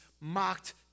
mocked